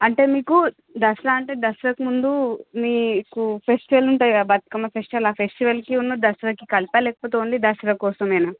అంటే మీకు దసరా అంటే దసరకు ముందు మీకు ఫెస్టివల్ ఉంటాయి కదా బతుకమ్మ ఫెస్టివల్ ఆ ఫెస్టివల్కి ఉన్న దసరాకి కలిపా లేకపోతే ఓన్లీ దసరా కోసమేనా